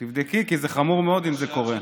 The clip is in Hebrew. תבדקי, כי זה חמור מאוד אם זה קורה.